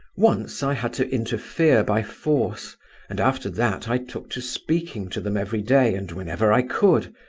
once i had to interfere by force and after that i took to speaking to them every day and whenever i could.